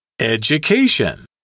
Education